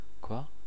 Quoi